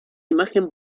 imagen